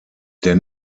der